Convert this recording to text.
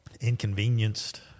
inconvenienced